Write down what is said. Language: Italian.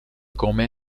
come